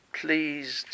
pleased